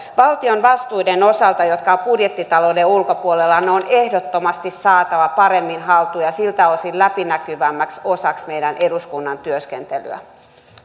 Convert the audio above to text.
valtion vastuut jotka ovat budjettitalouden ulkopuolella on ehdottomasti saatava paremmin haltuun ja siltä osin läpinäkyvämmäksi osaksi meidän eduskunnan työskentelyä